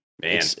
Man